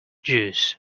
juice